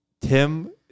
Tim